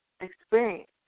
experience